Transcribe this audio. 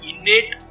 innate